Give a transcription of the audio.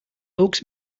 oaks